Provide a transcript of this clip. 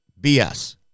bs